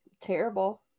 terrible